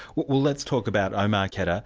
well let's talk about omar khadr. ah